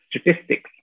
statistics